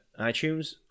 iTunes